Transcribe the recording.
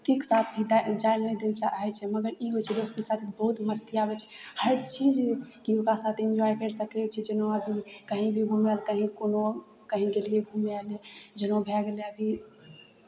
दोस्तीके साथ भी जाय लेल नहि दै चाहै छै मगर ई होइ छै दोस्तके साथ बहुत मस्ती आबै छै हरचीज कि ओकरा साथ इन्जॉय करि सकै छी जेना आदमी कहीँ भी घूमय लए कहीँ कोनो कहीँ गेलियै घूमय लए जेना भए गेलै अभी